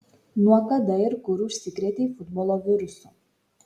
nuo kada ir kur užsikrėtei futbolo virusu